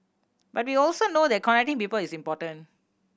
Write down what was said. but we also know that connecting people is important